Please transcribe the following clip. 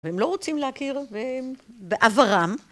והם לא רוצים להכיר בעברם.